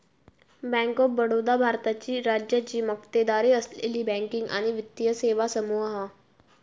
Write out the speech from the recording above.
bank of Baroda भारताची राज्याची मक्तेदारी असलेली बँकिंग आणि वित्तीय सेवा समूह हा